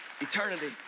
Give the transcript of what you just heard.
eternity